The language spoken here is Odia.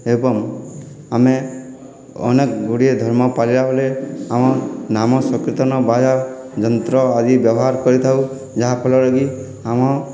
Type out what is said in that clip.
ଏବଂ ଆମେ ଅନେକ ଗୁଡ଼ିଏ ଧର୍ମ ପାଳିଲା ବେଳେ ଆମ ନାମ ସଂକୀର୍ତ୍ତନ ବାଜା ଯନ୍ତ୍ର ଆଦି ବ୍ୟବହାର କରିଥାଉ ଯାହା ଫଳରେ କି ଆମ